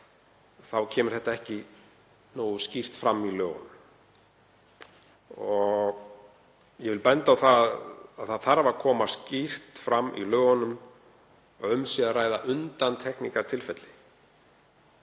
kemur það ekki nógu skýrt fram í lögunum. Ég vil benda á að það þarf að koma skýrt fram í lögunum að um sé að ræða undantekningartilfelli.